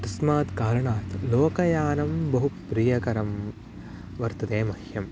तस्मात् कारणात् लोकयानं बहु प्रियकरं वर्तते मह्यं